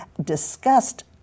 discussed